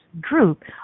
group